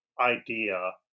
idea